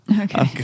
Okay